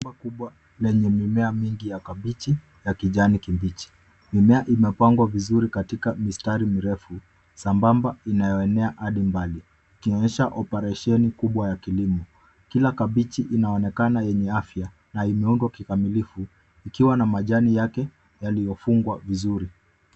Shamba kubwa lenye mimea mingi ya kabeji ya kijani kibichi. Mimea imepangwa vizuri katika mistari sambamba inayoenea adi mbali ikionyesha oparesheni kubwa ya kilimo. Kila kabeji inaonekana yenye afya na imeundwa kikamilimu ikiwa na majani yake yaliyofungwa vizuri.